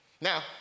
Now